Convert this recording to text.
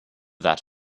that